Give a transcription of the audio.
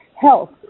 health